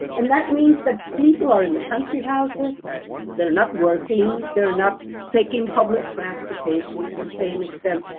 and that means that people are in the country, houses that are not working. they're not taking public transportation to the same extent.